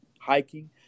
hiking